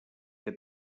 que